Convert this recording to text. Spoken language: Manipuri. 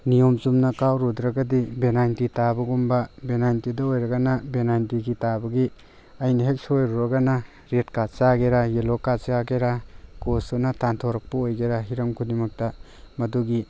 ꯅꯤꯌꯣꯝ ꯆꯨꯝꯅ ꯀꯥꯎꯔꯨꯗ꯭ꯔꯒꯗꯤ ꯕꯦꯅꯥꯏꯟꯇꯤ ꯇꯥꯕꯒꯨꯝꯕ ꯕꯦꯅꯥꯏꯟꯇꯤꯗ ꯑꯣꯏꯔꯒꯅ ꯕꯦꯅꯥꯏꯟꯇꯤꯒꯤ ꯇꯥꯕꯒꯤ ꯑꯩꯅ ꯍꯦꯛ ꯁꯣꯏꯔꯨꯔꯒꯅ ꯔꯦꯠ ꯀꯥꯔꯠ ꯆꯥꯒꯦꯔꯥ ꯌꯦꯜꯂꯣ ꯀꯥꯔꯠ ꯆꯥꯒꯦꯔꯥ ꯀꯣꯆꯇꯨꯅ ꯇꯥꯟꯊꯣꯔꯛꯄ ꯑꯣꯏꯒꯦꯔꯥ ꯍꯤꯔꯝ ꯈꯨꯗꯤꯡꯃꯛꯇ ꯃꯗꯨꯒꯤ